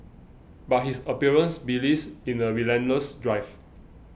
but his appearance belies in a relentless drive